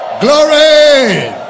glory